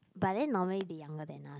but then normally they younger than us